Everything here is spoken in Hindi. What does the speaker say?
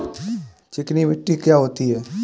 चिकनी मिट्टी क्या होती है?